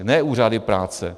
Ne úřady práce.